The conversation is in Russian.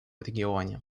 регионе